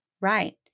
Right